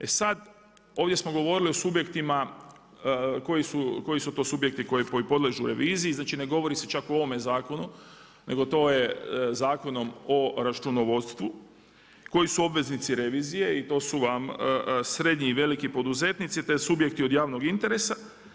E sada ovdje smo govorili o subjektima koji su to subjekti koji podležu reviziji, znači ne govori se čak u ovome zakonu nego to je Zakonom o računovodstvu koji su obveznici revizije i to su vam srednji i veliki poduzetnici te subjekti od javnog interesa.